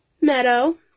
Meadow